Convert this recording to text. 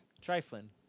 Triflin